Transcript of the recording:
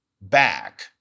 back